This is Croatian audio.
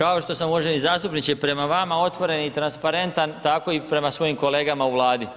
Kao što sam uvaženi zastupniče prema vama otvoren i transparentan tako i prema svojim kolegama u Vladi.